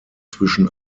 zwischen